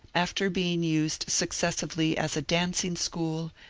after being used successively as a dancing school,